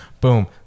Boom